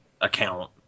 account